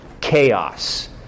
Chaos